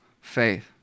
faith